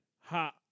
Ha